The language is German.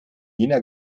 jena